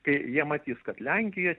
kai jie matys kad lenkijoj